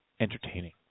Entertaining